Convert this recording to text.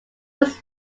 was